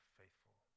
faithful